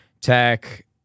tech